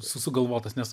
su sugalvotas nes